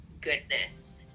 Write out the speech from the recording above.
goodness